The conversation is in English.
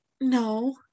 no